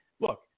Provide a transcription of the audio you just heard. look